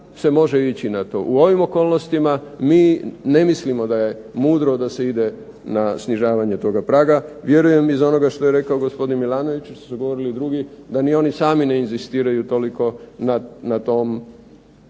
U ovim okolnostima mi ne mislimo da je mudro da se ide na snižavanje toga praga, vjerujem iz onoga što je rekao gospodin Milanović, što su rekli drugi, da ni oni sami ne inzistiraju na tom